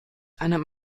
einem